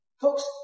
Folks